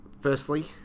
Firstly